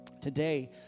Today